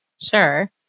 Sure